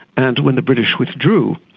and when the british withdrew,